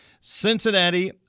Cincinnati